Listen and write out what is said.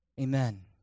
Amen